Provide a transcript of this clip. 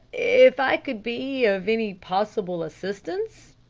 if i could be of any possible assistance?